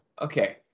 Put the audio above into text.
okay